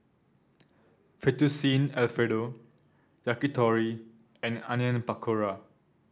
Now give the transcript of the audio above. Fettuccine Alfredo Yakitori and Onion Pakora